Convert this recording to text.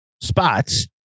spots